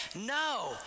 no